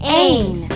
ain